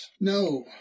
No